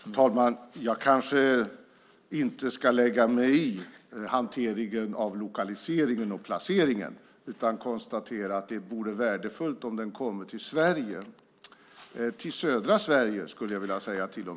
Fru talman! Jag ska kanske inte lägga mig i hanteringen av lokaliseringen, placeringen. Men jag konstaterar att det vore värdefullt om anläggningen kom till Sverige - ja, till och med till södra Sverige, skulle jag vilja säga.